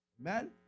Amen